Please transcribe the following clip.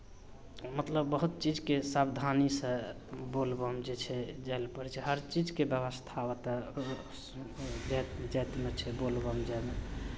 मतलब बहुत चीजके सावधानीसँ बोलबम जे छै जाय लेल पड़ै छै हर चीजके व्यवस्था ओतय जाइत जाइतमे छै बोलबम जायमे